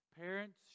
Parents